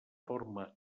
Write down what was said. forma